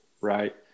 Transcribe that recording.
right